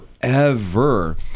forever